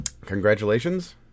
Congratulations